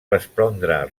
respondre